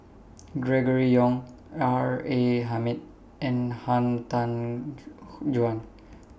Gregory Yong R A Hamid and Han Tan Juan